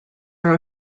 are